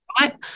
right